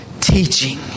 teaching